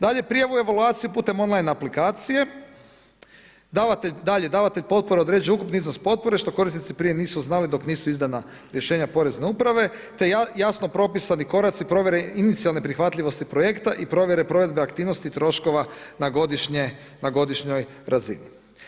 Dalje, prijavu evaluacije putem on line aplikacije, dalje, davatelj potpore određuje ukupan iznos potpore, što korisnici, prije nisu z nali, dok nisu izdana rješenja porezne uprave te jasno propisani koraci provjere inicijalno prihvatljivosti projekta i provjere provedbe aktivnosti troškova na godišnjoj razini.